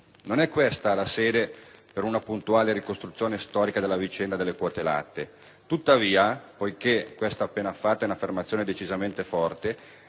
Non è questa la sede per una puntuale ricostruzione storica della vicenda delle quote latte. Tuttavia, poiché, quella appena fatta è una affermazione decisamente forte,